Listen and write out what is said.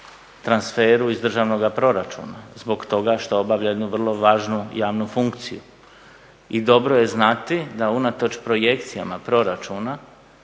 transferu iz državnog proračuna zbog toga što obavlja jednu vrlo važnu javnu funkciju. I dobro je znati da unatoč projekcijama proračuna